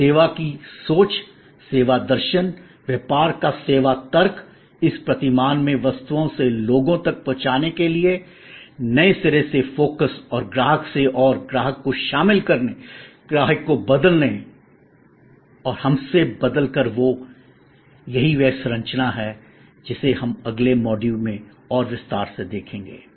और सेवा की सोच सेवा दर्शन व्यापार का सेवा तर्क इस प्रतिमान में वस्तुओं से लोगों तक पहुंचाने के लिए नए सिरे से फोकस और ग्राहक से और ग्राहक को शामिल करने ग्राहक को बदलने और हम से बदल कर वो यही वह संरचना है जिसे हम अगले मॉड्यूल में और विस्तार से देखेंगे